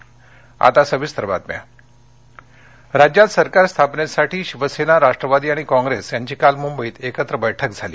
सत्तास्थापना राज्यात सरकार स्थापनेसाठी शिवसेना राष्ट्रवादी आणि काँग्रेस यांची काल मुंबईत एकत्र बैठक झाली